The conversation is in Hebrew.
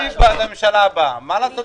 תודה.